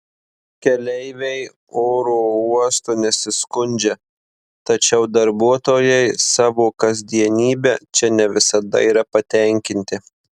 keleiviai oro uostu nesiskundžia tačiau darbuotojai savo kasdienybe čia ne visada yra patenkinti